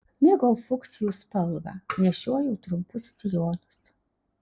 mėgau fuksijų spalvą nešiojau trumpus sijonus